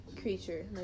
creature